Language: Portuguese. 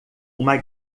uma